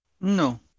No